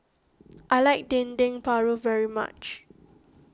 I like Dendeng Paru very much